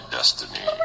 Destiny